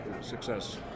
success